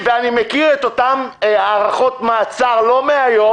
ואני מכיר את אותן הארכות מעצר לא מהיום